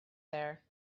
there